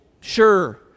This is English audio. sure